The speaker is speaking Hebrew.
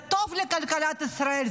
זה טוב לכלכלת ישראל,